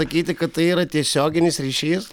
sakyti kad tai yra tiesioginis ryšys